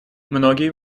многие